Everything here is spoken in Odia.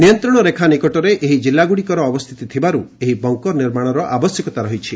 ନିୟନ୍ତ୍ରଣ ରେଖା ନିକଟରେ ଏହି ଜିଲ୍ଲାଗୁଡିକର ଅବସ୍ଥିତି ଥିବାରୁ ଏହି ବଙ୍କର ନିର୍ମାଣ ଆବଶ୍ୟକତା ରହିଛି